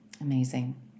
Amazing